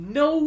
no